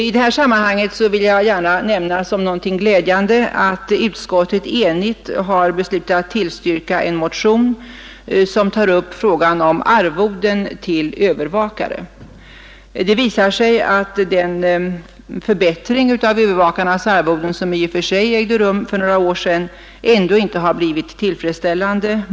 I det här sammanhanget vill jag nämna som någonting glädjande att utskottet enigt har beslutat tillstyrka en motion som tar upp frågan om arvoden till övervakare. Det visar sig att den förbättring av övervakarnas arvoden som gjordes för några år sedan ändå inte har blivit tillfredsställande.